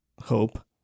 hope